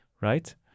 right